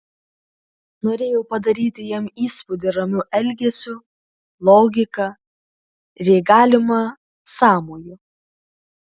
norėjau padaryti jam įspūdį ramiu elgesiu logika ir jei galima sąmoju